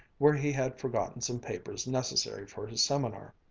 where he had forgotten some papers necessary for his seminar.